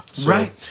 Right